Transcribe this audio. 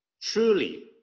truly